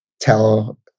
tell